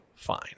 fine